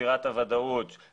בחרתי בארבע סוגיות